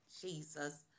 Jesus